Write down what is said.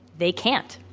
they can't.